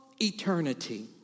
eternity